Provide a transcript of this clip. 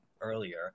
Earlier